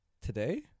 today